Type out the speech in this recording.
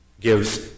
gives